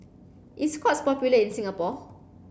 is Scott's popular in Singapore